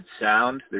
sound